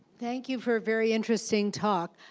thank you for a very interesting talk.